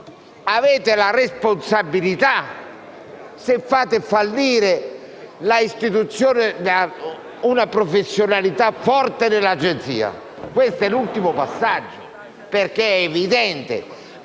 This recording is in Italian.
voi la responsabilità, se fate fallire l'istituzione di una professionalità forte nell'Agenzia. Questo è l'ultimo passaggio. È evidente,